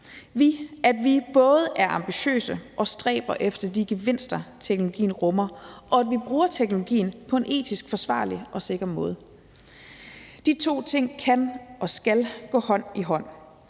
at vi både er ambitiøse og stræber efter de gevinster, teknologien rummer, og at vi bruger teknologien på en etisk forsvarlig og sikker måde. De to ting kan og skal gå hånd i hånd.